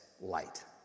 light